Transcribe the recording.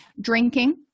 Drinking